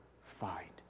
find